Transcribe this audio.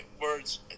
words